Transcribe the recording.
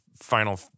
final